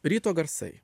ryto garsai